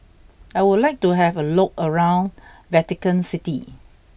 I would like to have a look around Vatican City